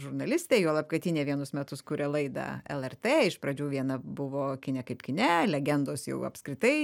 žurnalistė juolab kad ji ne vienus metus kuria laidą lrtė iš pradžių viena buvo kine kaip kine legendos jau apskritai